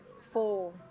Four